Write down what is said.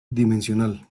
dimensional